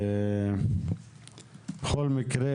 בכל מקרה,